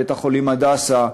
בית-החולים "הדסה",